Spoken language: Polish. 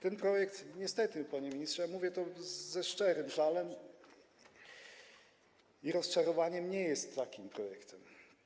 Ten projekt niestety, panie ministrze - mówię to ze szczerym żalem i rozczarowaniem - nie jest takim projektem.